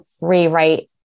rewrite